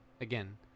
again